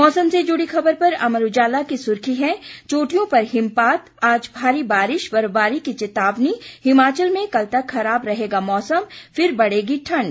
मौसम से जुड़ी खबर पर अमर उजाला की सुर्खी है चोटियों पर हिमपात आज भारी बारिश बर्फबारी की चेतावनी हिमाचल में कल तक खराब रहेगा मौसम फिर बढ़ेगी ठंड